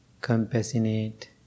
compassionate